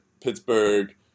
Pittsburgh